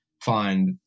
find